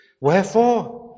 Wherefore